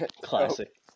Classic